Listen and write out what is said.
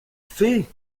fait